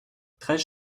treize